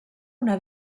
una